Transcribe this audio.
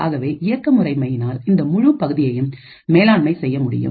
ஆகவே இயக்கம் முறைமையினால் இந்த முழு பகுதியையும் மேலாண்மை செய்ய முடியும்